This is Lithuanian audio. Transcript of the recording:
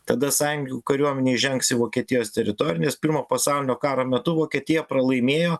tada sąjungininkų kariuomenė įžengs į vokietijos teritoriją nes pirmojo pasaulio karo metu vokietija pralaimėjo